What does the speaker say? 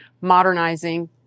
modernizing